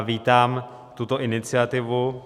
Vítám tuto iniciativu.